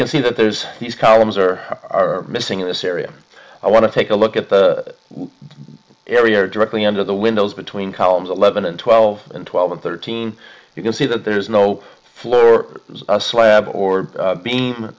can see that there's these columns or are missing in this area i want to take a look at the area directly under the windows between columns eleven and twelve and twelve and thirteen you can see that there is no floor slab or beam